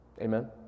Amen